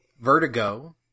vertigo